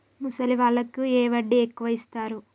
ముసలి వాళ్ళకు ఏ వడ్డీ ఎక్కువ ఇస్తారు?